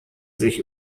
sich